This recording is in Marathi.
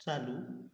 चालू